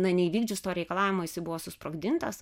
na neįvykdžius to reikalavimo jisai buvo susprogdintas